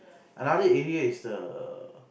another area is the